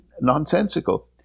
nonsensical